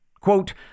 quote